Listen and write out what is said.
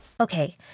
Okay